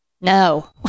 no